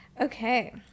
Okay